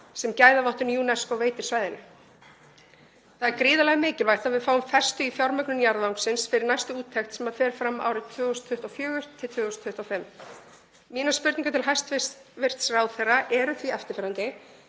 sem gæðavottun UNESCO veitir svæðinu. Það er gríðarlega mikilvægt að við fáum festu í fjármögnun jarðvangsins fyrir næstu úttekt sem fer fram árið 2024–2025. Mínar spurningar til hæstv. ráðherra eru því eftirfarandi: